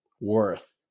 worth